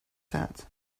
that